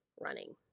running